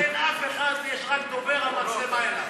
כן, אין אף אחד, יש רק דובר, והמצלמה אליו.